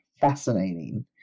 fascinating